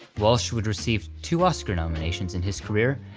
walsh would receive two oscar nominations in his career,